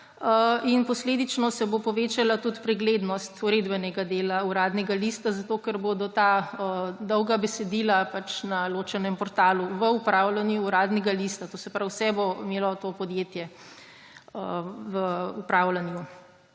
in posledično se bo povečala preglednost Uredbenega dela Uradnega lista, zato ker bodo ta dolga besedila na ločenem portalu, v upravljanju Uradnega lista, to se pravi, vse bo imelo to podjetje v upravljanju.